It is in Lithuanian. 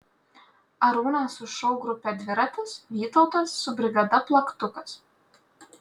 arūnas su šou grupe dviratis vytautas su brigada plaktukas